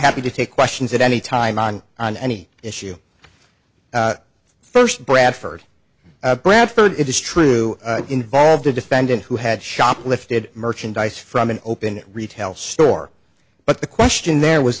happy to take questions at any time on on any issue first bradford bradford it is true involved a defendant who had shoplifted merchandise from an open retail store but the question there was